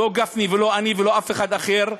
לא גפני ולא אני ולא אף אחד אחר,